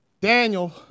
Daniel